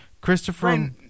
Christopher